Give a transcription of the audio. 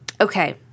Okay